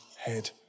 head